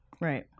right